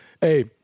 Hey